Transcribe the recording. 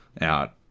out